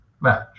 match